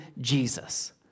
Jesus